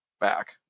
back